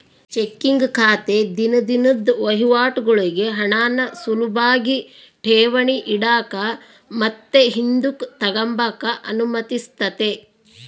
checking ಖಾತೆ ದಿನ ದಿನುದ್ ವಹಿವಾಟುಗುಳ್ಗೆ ಹಣಾನ ಸುಲುಭಾಗಿ ಠೇವಣಿ ಇಡಾಕ ಮತ್ತೆ ಹಿಂದುಕ್ ತಗಂಬಕ ಅನುಮತಿಸ್ತತೆ